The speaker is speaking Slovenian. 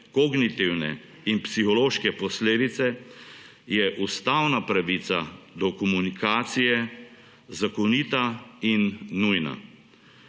kognitivne in psihološke posledice je ustavna pravica do komunikacije zakonita in nujna.